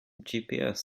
gps